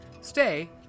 Stay